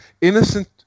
innocent